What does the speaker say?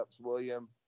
William